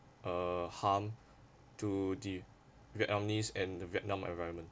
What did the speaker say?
uh harm to the vietnamese and vietnam environment